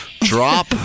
Drop